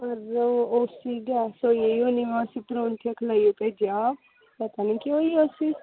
ओह् उसी गैस होई गेई ऐ होर उसी तुसें पता निं केह् खलाइयै भेजेआ हा पता निं केह् होई गेआ उसी